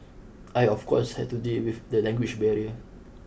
I of course had to deal with the language barrier